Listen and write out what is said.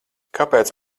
kāpēc